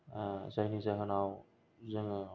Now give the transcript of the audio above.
जायनि जाहोनाव जोङो